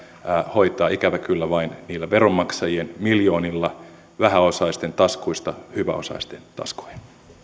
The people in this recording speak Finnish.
hoitaa ikävä kyllä vain niillä veronmaksajien miljoonilla vähäosaisten taskuista hyväosaisten taskuihin